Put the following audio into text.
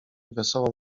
wesołą